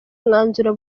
umwanzuro